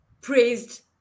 praised